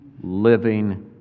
living